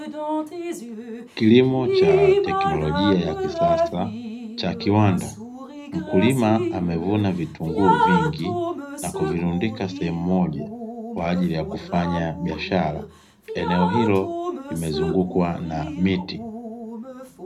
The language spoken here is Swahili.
Kilimo cha teknolojia ya kisasa cha kiwanda. Mkulima amevuna vitunguu vingi na kuvirundika sehemu moja kwa ajili ya kufanya biashara, eneo hilo limezungukwa na miti.